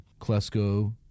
Klesko